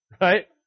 Right